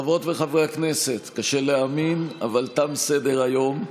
חברות וחברי הכנסת, קשה להאמין, אבל תם סדר-היום.